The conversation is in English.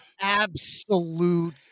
absolute